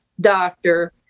doctor